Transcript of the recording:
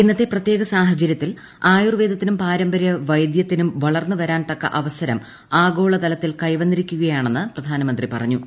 ഇന്നത്തെ പ്രത്യേക സാഹചരൃത്തിൽ ആയുർവേദത്തിനും പാരമ്പര്യ വൈദ്യത്തിനും വളർന്നു വരാൻ തക്ക അവസരം ആഗോള തലത്തിൽ കൈവന്നിരിക്കുകയാണെന്ന് പ്രധാനമന്ത്രി പറഞ്ഞു